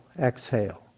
Exhale